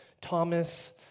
Thomas